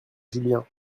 julien